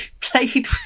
played